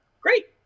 great